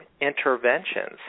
interventions